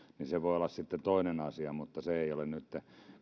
ovat se voi olla sitten toinen asia mutta se ei ole nytten